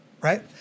right